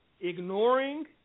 ignoring